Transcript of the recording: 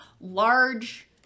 large